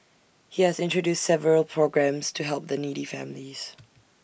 he has introduced several programmes to help the needy families